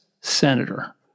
senator